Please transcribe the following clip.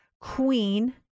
Queen